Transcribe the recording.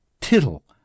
tittle